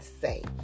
Say